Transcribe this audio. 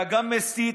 אתה גם מסית,